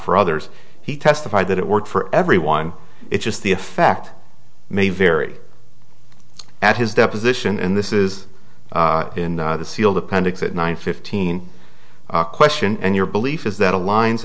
for others he testified that it worked for everyone it's just the effect may vary at his deposition and this is in the sealed appendix at nine fifteen question and your belief is that ali